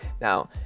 Now